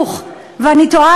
ואני תוהה,